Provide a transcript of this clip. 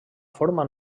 forma